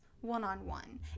one-on-one